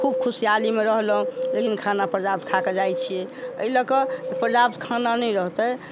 खूब खुशहालीमे रहलहुँ लेकिन खाना पर्याप्त खा कऽ जाइत छियै एहि लऽ कऽ पर्याप्त खाना नहि रहतै